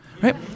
Right